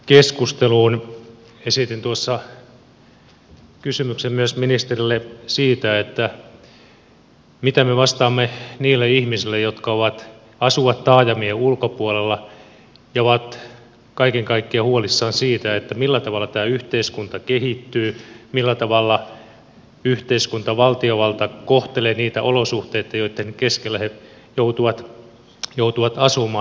esitin tuossa kysymyksen ministerille siitä mitä me vastaamme niille ihmisille jotka asuvat taajamien ulkopuolella ja ovat kaiken kaikkiaan huolissaan siitä millä tavalla tämä yhteiskunta kehittyy millä tavalla yhteiskunta valtiovalta kohtelee niitä olosuhteita joitten keskellä he joutuvat asumaan